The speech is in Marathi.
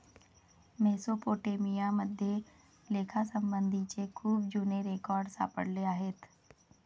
मेसोपोटेमिया मध्ये लेखासंबंधीचे खूप जुने रेकॉर्ड सापडले आहेत